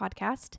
podcast